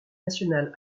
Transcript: nationale